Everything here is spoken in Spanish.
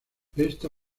esta